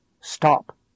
stop